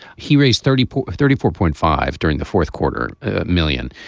he raised thirty point thirty four point five during the fourth quarter million,